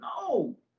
No